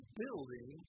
building